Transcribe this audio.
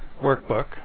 workbook